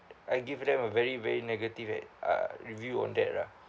I give them a very very negative at uh review on that ah